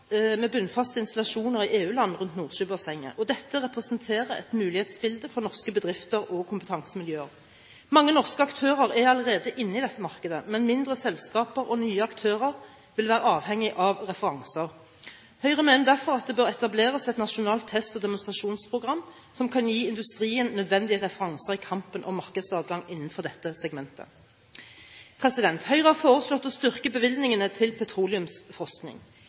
med bunnfaste installasjoner i EU-land rundt Nordsjøbassenget, og dette representerer et mulighetsbilde for norske bedrifter og kompetansemiljøer. Mange norske aktører er allerede inne i dette markedet, men mindre selskaper og nye aktører vil være avhengig av referanser. Høyre mener derfor at det bør etableres et nasjonalt test- og demonstrasjonsprogram som kan gi industrien nødvendige referanser i kampen om markedsadgang innenfor dette segmentet. Høyre har foreslått å styrke bevilgningene til petroleumsforskning.